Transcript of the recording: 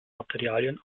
materialien